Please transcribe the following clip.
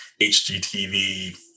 HGTV